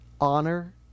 Honor